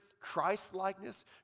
Christ-likeness